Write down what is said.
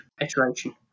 iteration